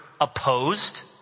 opposed